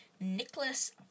Nicholas